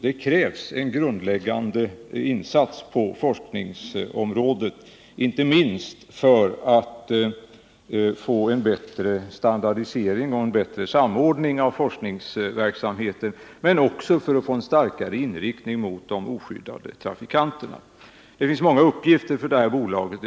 Det krävs stora insatser på utvecklingsområdet, inte minst för att få en bättre standardisering av fordonen och en bättre samordning av forskningsverksamheten som också måste få en starkare inriktning på de oskyddade trafikanterna. Det finns många uppgifter för utvecklingsbolaget.